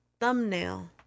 Thumbnail